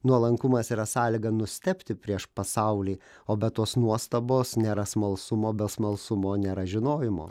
nuolankumas yra sąlyga nustebti prieš pasaulį o be tos nuostabos nėra smalsumo be smalsumo nėra žinojimo